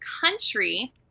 country